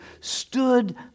stood